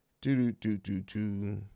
Do-do-do-do-do